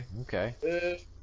Okay